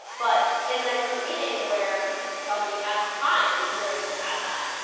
but in that group meeting, where somebody had time, we were able to add that.